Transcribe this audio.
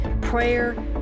prayer